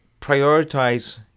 prioritize